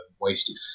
wasted